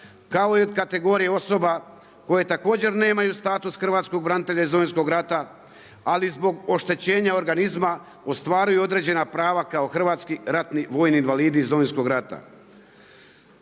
kao i od kategorija osoba, koje također nemaju status hrvatskog branitelja iz Domovinskog rata, ali zbog oštećenja organizma, ostvaruju određena prava kao hrvatski ratni vojni invalidi iz Domovinskog rata.